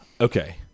Okay